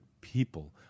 People